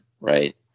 right